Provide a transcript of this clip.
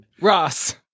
Ross